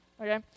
Okay